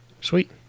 Sweet